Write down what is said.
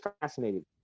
fascinated